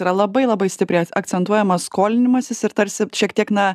yra labai labai stipriai af akcentuojamas skolinimasis ir tarsi šiek tiek na